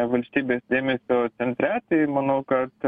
valstybės dėmesio centre tai manau kad